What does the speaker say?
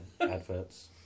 adverts